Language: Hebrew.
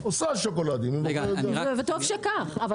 וטוב שכך.